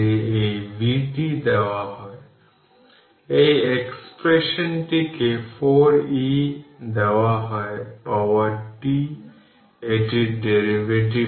এখন t0 এর আগে উপরের প্লেট C1 এ স্টোরড চার্জটি q1 C1 v1 দ্বারা দেওয়া হয়েছে যা C1 হল 1 মাইক্রো ফ্যারাড